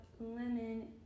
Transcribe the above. lemon